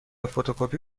فتوکپی